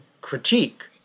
critique